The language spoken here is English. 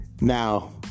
now